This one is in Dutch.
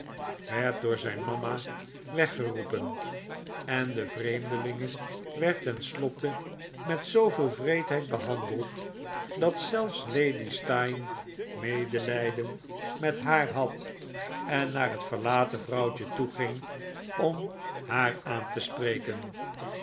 werd door zijn mama weggeroepen en de vreemdelinge werd ten slotte met zooveel wreedheid behandeld dat zelfs lady steyne medelijden met haar had en naar het verlaten vrouwtje toeging om haar aan te spreken